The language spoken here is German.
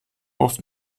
oft